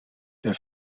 der